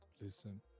listen